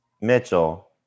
Mitchell